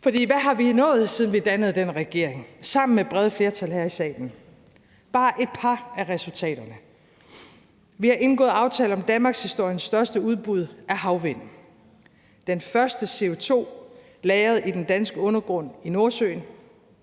for hvad har vi nået, siden vi dannede denne regering sammen med brede flertal her i salen? Kl. 00:21 Her kommer bare et par af resultaterne: Vi har indgået aftale om danmarkshistoriens største udbud af havvind. Den første CO2 lagret i den danske undergrund i Nordsøen.